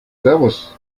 servus